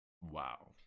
Wow